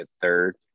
third